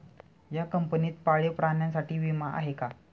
या कंपनीत पाळीव प्राण्यांसाठी विमा आहे का?